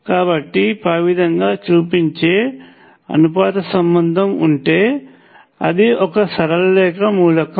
కాబట్టి పై విధంగా చూపించే అనుపాత సంబంధం ఉంటే అది ఒక సరళ మూలకం